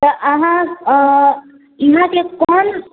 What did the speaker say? तऽ अहाँ अऽ इहाँके कोन